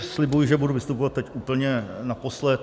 Slibuji, že budu vystupovat teď úplně naposled.